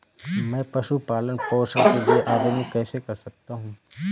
मैं पशु पालन पोषण के लिए आवेदन कैसे कर सकता हूँ?